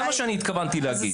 זה מה שהתכוונתי להגיד.